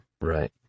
right